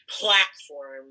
platform